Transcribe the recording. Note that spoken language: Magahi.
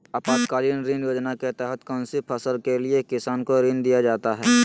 आपातकालीन ऋण योजना के तहत कौन सी फसल के लिए किसान को ऋण दीया जाता है?